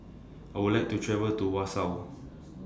I Would like to travel to Warsaw